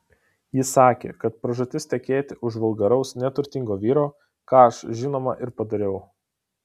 ji sakė kad pražūtis tekėti už vulgaraus neturtingo vyro ką aš žinoma ir padariau